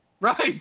right